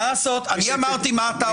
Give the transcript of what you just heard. אני אמרתי מה אתה אומר?